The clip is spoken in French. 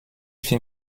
fait